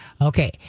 Okay